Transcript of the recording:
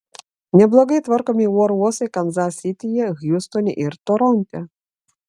neblogai tvarkomi oro uostai kanzas sityje hjustone ir toronte